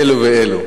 יפה מאוד.